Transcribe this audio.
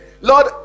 lord